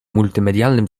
multimedialnym